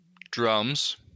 Drums